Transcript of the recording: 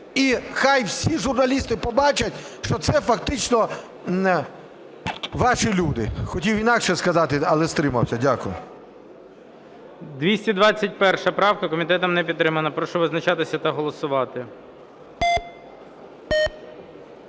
і хай всі журналісти побачать, що це фактично ваші люди. Хотів інакше сказати, але стримався. Дякую.